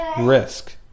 risk